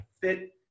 fit